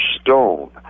Stone